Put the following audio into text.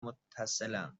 متصلم